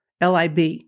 Lib